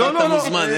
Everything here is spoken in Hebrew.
אתה מוזמן.